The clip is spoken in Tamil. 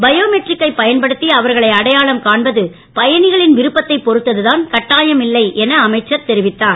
பயோமெட்ரிக் கை பயன்படுத்தி அவர்களை அடையாளம் காண்பது பயணிகளின் விருப்பத்தை பொறுத்ததுதான் கட்டாயமில்லை என அமைச்சர் தெரிவித்தார்